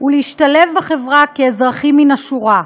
ולהשתלב בחברה כאזרחים מן השורה.